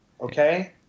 okay